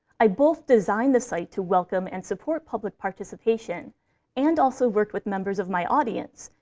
i both designed the site to welcome and support public participation and also worked with members of my audience,